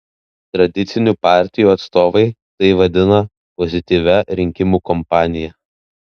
tradicinių partijų atstovai tai vadina pozityvia rinkimų kampanija